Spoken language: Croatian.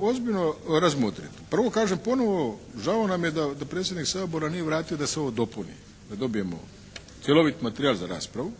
ozbiljno razmotriti. Prvo kažem ponovo, žao nam je da predsjednik Sabor nije vratio da se ovo dopuni, da dobijemo cjelovit materijal za raspravu.